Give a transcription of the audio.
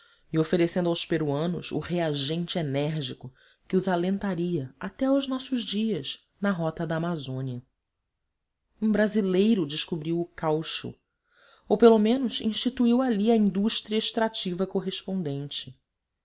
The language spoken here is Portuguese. e oferecendo aos peruanos o reagente enérgico que os alentaria até aos nossos dias na rota da amazônia um brasileiro descobriu o caucho ou pelo menos instituiu ali a indústria extrativa correspondente